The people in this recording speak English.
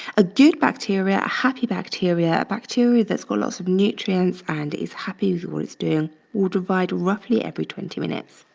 a good bacteria, a happy bacteria, a bacteria that's got lots of nutrients and is happy with what it's doing will divide roughly every twenty minutes.